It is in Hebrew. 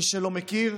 מי שלא מכיר,